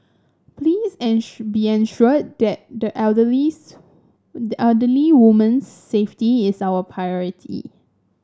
please be ensured that the elderly's the elderly woman's safety is our priority